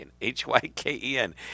H-Y-K-E-N